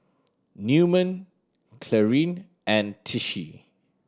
Newman Clarine and Tishie